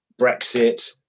brexit